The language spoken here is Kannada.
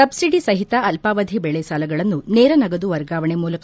ಸಬ್ಬಿಡಿ ಸಹಿತ ಅಲ್ಲಾವಧಿ ಬೆಳೆ ಸಾಲಗಳನ್ನು ನೇರ ನಗದು ವರ್ಗಾವಣೆ ಮೂಲಕ